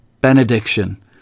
benediction